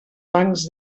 bancs